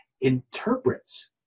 interprets